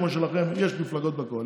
בדיוק כמו שלכם יש מפלגות בקואליציה,